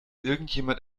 irgendjemand